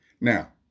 Now